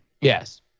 Yes